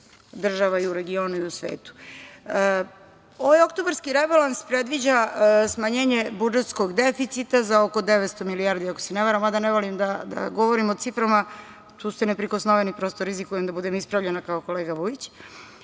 država i u regionu i u svetu. Ovaj oktobarski rebalans predviđa smanjenje budžetskog deficita za oko 900 milijardi, ako se ne varam, mada ne volim da govorim o ciframa. Tu ste neprikosnoveni i prosto rizikujem da budem ispravljena, kao kolega Vujić.